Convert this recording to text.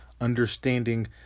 Understanding